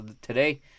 today